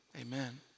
amen